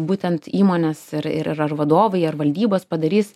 būtent įmonės ir ir ar vadovai ar valdybos padarys